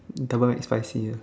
double McSpicy meal